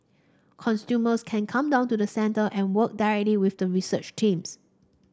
customers can come down to the centre and work directly with the research teams